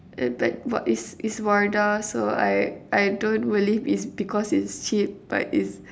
uh but but it's it's Wardah so I I don't believe it's because it's cheap but is